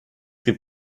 gibt